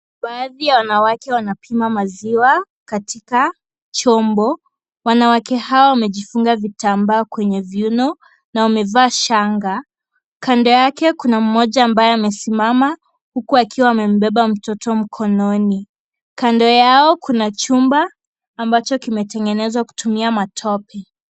Baadhi ya wanawake wanapima maziwa katika chombo. Wanawake hawa wamejifunga vitambaa kwenye viuno na wamejifunga shanga. Kando yake kuna mmoja ambaye amesimama huku akiwa amembeba mtoto mkononi. Kando yao kuna chumba ambacho kimetengenezwa kutumia matope.